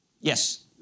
Yes